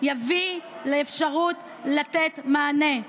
יביא לאפשרות לתת מענה.